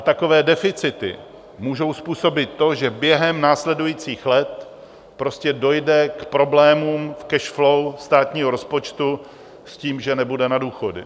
Takové deficity můžou způsobit to, že během následujících let prostě dojde k problémům cash flow státního rozpočtu s tím, že nebude na důchody.